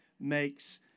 makes